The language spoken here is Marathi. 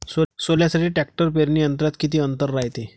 सोल्यासाठी ट्रॅक्टर पेरणी यंत्रात किती अंतर रायते?